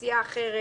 סיעה אחרת,